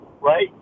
right